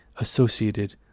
Associated